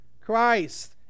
Christ